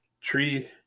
tree